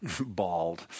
Bald